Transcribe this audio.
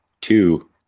Two